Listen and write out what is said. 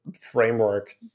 framework